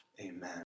Amen